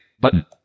button